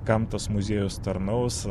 kam tas muziejus tarnaus